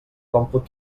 còmput